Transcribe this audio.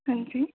ਹਾਂਜੀ